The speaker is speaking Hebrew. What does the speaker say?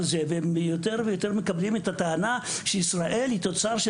והם יותר ויותר מקבלים את הטענה לפיה ישראל היא תוצאה של